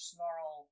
Snarl